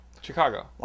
Chicago